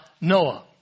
Noah